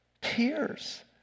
Tears